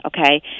okay